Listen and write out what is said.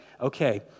okay